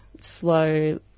slow